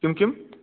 किं किं